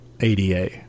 ADA